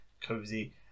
cozy